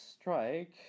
strike